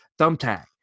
thumbtack